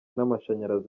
n’amashanyarazi